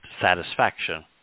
satisfaction